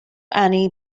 annie